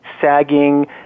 sagging